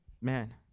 man